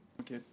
Okay